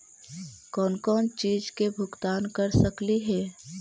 कौन कौन चिज के भुगतान कर सकली हे?